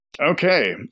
Okay